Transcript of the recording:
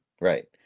Right